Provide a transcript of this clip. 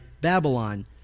Babylon